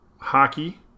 hockey